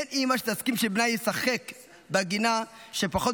אין אימא שתסכים שבנה ישחק בגינה כשפחות